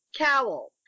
Cowl